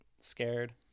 scared